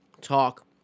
talk